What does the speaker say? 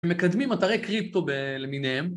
מקדמים מטרי קריפטו למיניהם